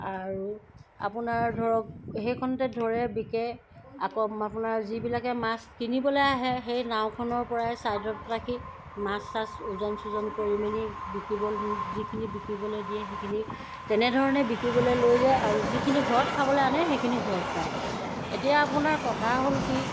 আৰু আপোনাৰ ধৰক সেইখনতে ধৰে বিকে আকৌ আপোনাৰ যিবিলাকে মাছ কিনিবলৈ আহে সেই নাওখনৰপৰাই চাইডত ৰাখি মাছ চাছ ওজন চুজন কৰি মেলি বিকিবৰ যিখিনি বিকিবলৈ দিয়ে সেইখিনি তেনেধৰণে বিকিবলৈ লৈ যায় আৰু যিখিনি ঘৰত খাবলৈ আনে সেইখিনি ঘৰত খায় এতিয়া আপোনাৰ কথা হ'ল কি